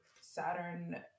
saturn